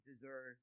deserve